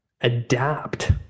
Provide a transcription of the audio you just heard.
adapt